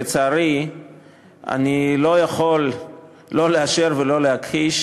לצערי אני לא יכול לא לאשר ולא להכחיש